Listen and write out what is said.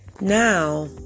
Now